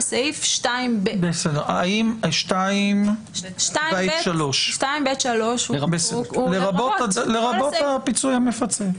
סעיף 2ב. 2ב(3) הוא לרבות הפיצוי המפצה.